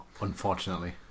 unfortunately